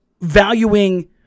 valuing